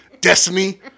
Destiny